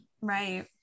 Right